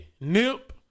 Nip